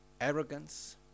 arrogance